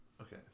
Okay